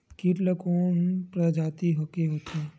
कीट ह कोन प्रजाति के होथे?